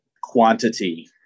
quantity